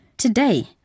Today